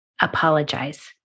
apologize